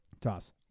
toss